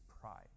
pride